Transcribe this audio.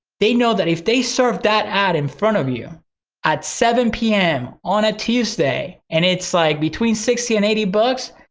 they know that if they serve that ad in front of you at seven zero pm on a tuesday, and it's like between sixty and eighty bucks,